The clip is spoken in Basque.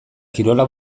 kirola